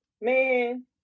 Man